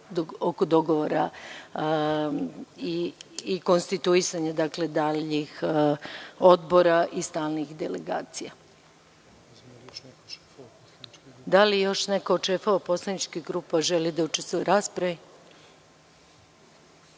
oko dogovora i konstituisanja daljih odbora i stalnih delegacija. Da li još neko od šefova poslaničkih grupa želi da učestvuje u raspravi?